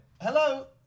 Hello